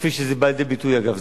כפי שזה בא לידי ביטוי, אגב.